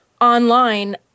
online